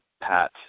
pat